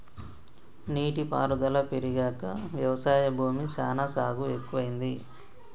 నీటి పారుదల పెరిగాక వ్యవసాయ భూమి సానా సాగు ఎక్కువైంది